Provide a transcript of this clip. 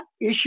issue